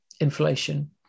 inflation